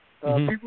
People